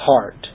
heart